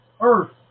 earth